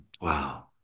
Wow